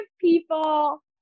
people